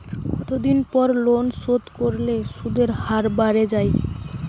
কতদিন পর লোন শোধ করলে সুদের হার বাড়ে য়ায়?